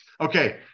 okay